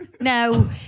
No